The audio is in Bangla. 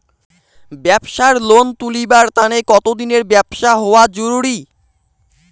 ব্যাবসার লোন তুলিবার তানে কতদিনের ব্যবসা হওয়া জরুরি?